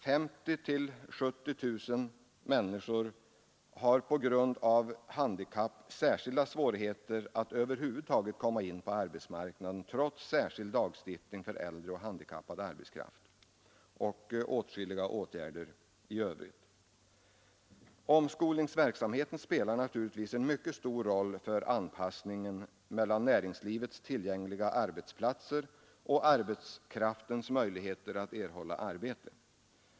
50 000-70 000 människor har på grund av handikapp särskilda svårigheter att över huvud taget komma in på arbetsmarknaden, trots särskild lagstiftning för äldre och handikappad arbetskraft och åtskilliga åtgärder i övrigt. Omskolningsverksamheten spelar naturligtvis en mycket stor roll för anpassningen mellan näringslivets tillgängliga arbetsplatser och arbetskraftens möjligheter att erhålla arbete.